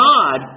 God